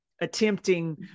attempting